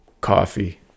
coffee